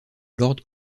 lord